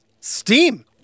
steam